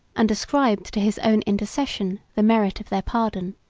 and ascribed to his own intercession the merit of their pardon.